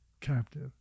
captive